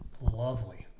lovely